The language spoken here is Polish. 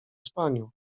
spaniu